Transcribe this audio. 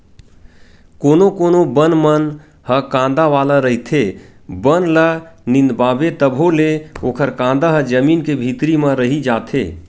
कोनो कोनो बन मन ह कांदा वाला रहिथे, बन ल निंदवाबे तभो ले ओखर कांदा ह जमीन के भीतरी म रहि जाथे